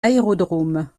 aérodrome